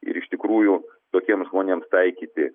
ir iš tikrųjų tokiems žmonėms taikyti